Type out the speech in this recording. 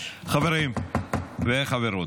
חברים וחברות,